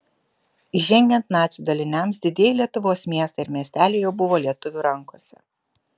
įžengiant nacių daliniams didieji lietuvos miestai ir miesteliai jau buvo lietuvių rankose